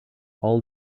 all